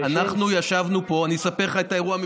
אנחנו ישבנו פה, אני אספר לך את האירוע מבחינתי,